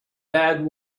bad